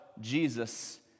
Jesus